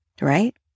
right